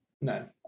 no